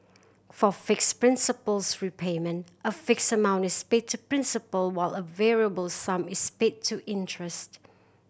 for fixed principals repayment a fixed amount is paid to principal while a variable sum is paid to interest